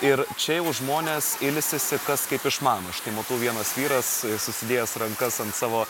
ir čia jau žmonės ilsisi kas kaip išmano štai matau vienas vyras susidėjęs rankas ant savo